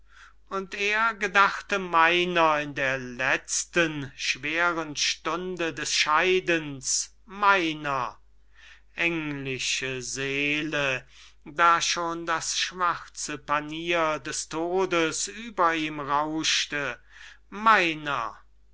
und er gedachte meiner in der letzten schweren stunde des scheidens meiner englische seele da schon das schwarze panier des todes über ihm rauschte meiner